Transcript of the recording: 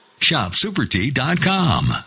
shopsupertea.com